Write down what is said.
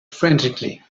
frantically